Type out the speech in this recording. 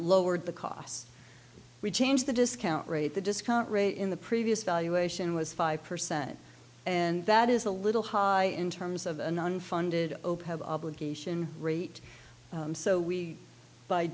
lowered the cost we changed the discount rate the discount rate in the previous valuation was five percent and that is a little high in terms of an unfunded obligation rate so we b